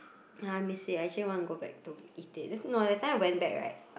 ya I miss it I actually want to go back to eat it no that time I went back right